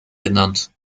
genannt